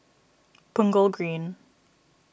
Punggol Green